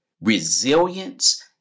resilience